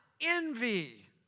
envy